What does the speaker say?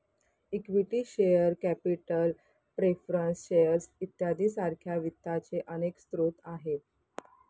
equity share capital preference shares इत्यादी सारख्या वित्ताचे अनेक स्रोत आहेत